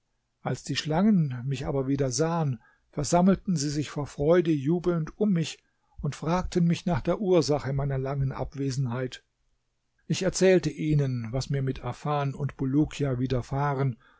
als die schlangen aber mich wieder sahen versammelten sie sich vor freude jubelnd um mich und fragten mich nach der ursache meiner langen abwesenheit ich erzählte ihnen was mir mit afan und bulukia